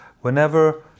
Whenever